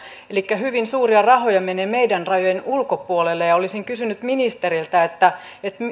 elikkä hyvin suuria rahoja menee meidän rajojen ulkopuolelle ja olisin kysynyt ministeriltä